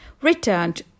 returned